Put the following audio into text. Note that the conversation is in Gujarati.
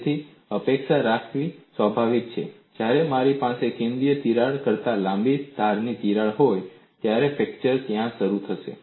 તેથી અપેક્ષા રાખવી સ્વાભાવિક છે જ્યારે મારી પાસે કેન્દ્રીય તિરાડ કરતાં લાંબી ધારની તિરાડ હોય ત્યારે ફ્રેક્ચર ત્યાં શરૂ થશે